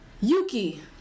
Yuki